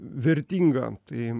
vertinga tai